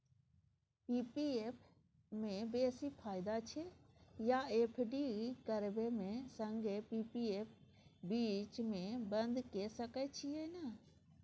P P F म बेसी फायदा छै या एफ.डी करबै म संगे पी.पी एफ बीच म बन्द के सके छियै न?